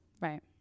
Right